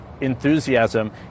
enthusiasm